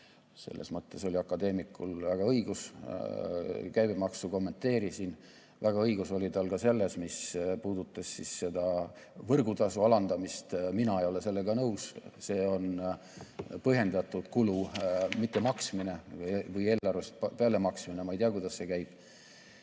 Selles mõttes oli akadeemikul väga õigus. Käibemaksu ma kommenteerisin. Väga õigus oli tal ka selles, mis puudutab seda võrgutasu alandamist. Mina ei ole sellega nõus, see on põhjendatud kulu mittemaksmine või eelarvest pealemaksmine, ma ei tea, kuidas see käib,